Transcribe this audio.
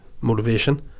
motivation